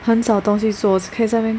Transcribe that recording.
很少东西做只可以在那边